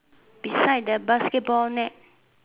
beside the basketball net